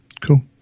Cool